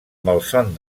malson